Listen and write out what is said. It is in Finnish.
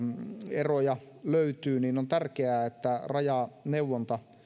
eroja löytyy niin on tärkeää että rajaneuvonta